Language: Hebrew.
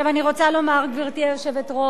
עכשיו אני רוצה לומר, גברתי היושבת-ראש,